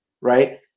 Right